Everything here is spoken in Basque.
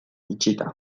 itxita